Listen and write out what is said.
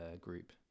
group